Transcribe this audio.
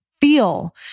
feel